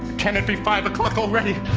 can it be five o'clock already?